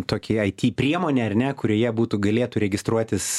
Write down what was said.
tokį ai ty priemonę ar ne kurioje būtų galėtų registruotis